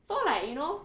so like you know